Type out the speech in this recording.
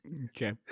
Okay